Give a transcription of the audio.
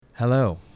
Hello